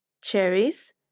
cherries